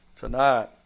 Tonight